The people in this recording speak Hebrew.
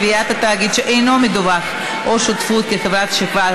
קביעת תאגיד שאינו מדווח או שותפות כחברת שכבה),